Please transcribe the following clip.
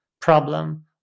problem